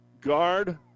guard